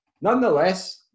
nonetheless